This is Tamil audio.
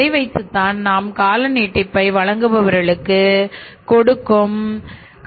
இதை வைத்துத்தான் நாம் கால நீட்டிப்பை வாங்குபவர்களுக்கு கொடுக்க முடியும்